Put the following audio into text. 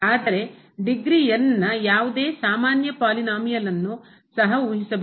ಆದರೆ degree n ನ ಯಾವುದೇ ಸಾಮಾನ್ಯ ಪಾಲಿನೋಮಿಯಲ್ನ್ನು ಬಹುಪದವನ್ನು ಸಹ ಉಹಿಸಬಹುದು